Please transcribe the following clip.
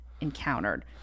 encountered